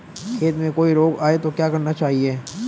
खेत में कोई रोग आये तो क्या करना चाहिए?